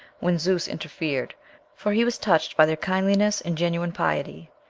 when zeus interfered for he was touched by their kindliness and genuine piety,